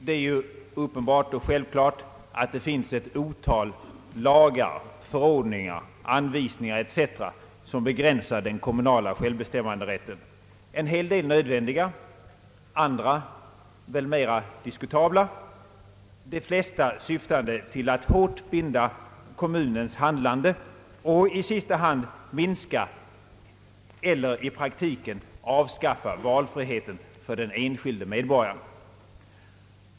Det är uppenbart och självklart att det finns ett otal lagar, förordningar, anvisningar etc. som begränsar den kommunala självbestämmanderätten — en hel del nödvändiga, andra väl mera diskutabla, de flesta syftande till att hårt binda kommunens handlande och i sista hand minska eller i praktiken avskaffa valfriheten för den enskilde medborgaren.